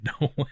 no